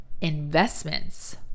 investments